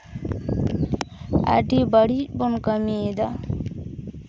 ᱟᱹᱰᱤ ᱵᱟᱹᱲᱤᱡ ᱵᱚᱱ ᱠᱟᱹᱢᱤᱭᱮᱫᱟ